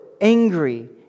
angry